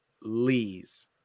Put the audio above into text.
Lees